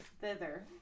Thither